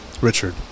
richard